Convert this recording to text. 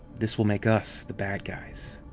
this will make us the bad guys.